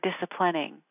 disciplining